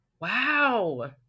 wow